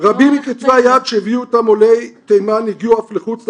'רבים מכתבי היד שהביאו איתם עולי תימן הגיעו אף לחוץ לארץ,